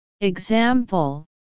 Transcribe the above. Example